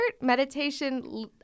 meditation